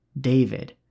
David